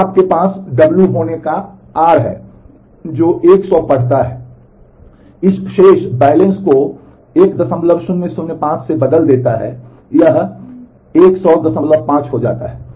तब आपके पास w होने का r है जो 100 पढ़ता है इस शेष को 1005 से बदल देता है यह 1005 हो जाता है